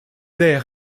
d’air